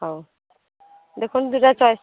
ହଉ ଦେଖନ୍ତୁ ଯେଉଁଟା ଚଏସ୍